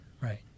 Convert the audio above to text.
right